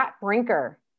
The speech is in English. Brinker